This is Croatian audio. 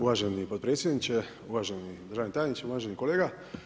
Uvaženi potpredsjedniče, uvaženi državni tajniče, uvaženi kolega.